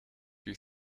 you